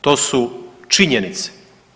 To su činjenice.